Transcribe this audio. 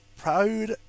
proud